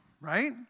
right